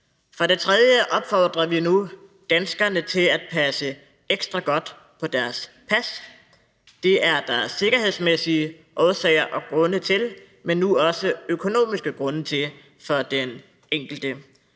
For det tredje opfordrer vi nu danskerne til at passe ekstra godt på deres pas. Det er der sikkerhedsmæssige årsager og grunde til; men nu er der også økonomiske grunde til det for den enkelte.